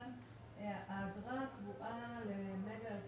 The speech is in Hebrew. האגרה קבועה למגה אחד,